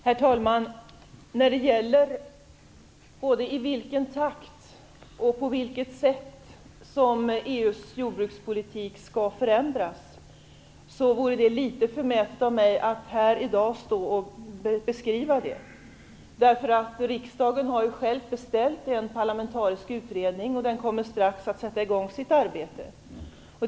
Herr talman! Det vore litet förmätet av mig att stå här i dag och beskriva i vilken takt och på vilket sätt som EU:s jordbrukspolitik skall förändras. Riksdagen har ju själv beställt en parlamentarisk utredning som snart kommer att sätta i gång sitt arbete.